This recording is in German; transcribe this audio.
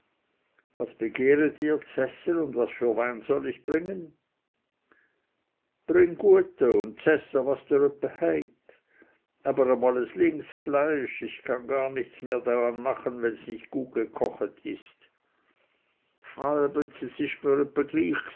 was begehret ihr z'esse und was für wein soll ich bringen bring guete und z'esse was dr öppe heit aber emel lings fleisch ich kann gar nichts mehr daran machen wenns nicht gut gchochet ist